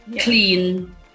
clean